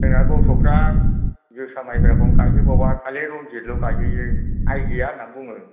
जोंना गथ'फ्रा जोसा माइब्रा खौनो गायहोबावा खालि रनजित ल' गायहोयो आय गैया होनना बुङो